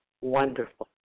wonderful